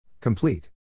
Complete